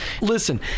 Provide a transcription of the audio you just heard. Listen